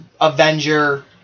Avenger